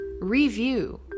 review